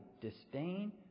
disdain